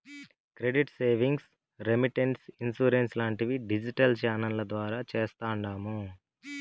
credit savings, remittance, insurance లాంటివి digital ఛానెల్ల ద్వారా చేస్తాండాము